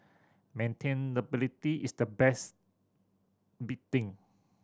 maintainability is the next big thing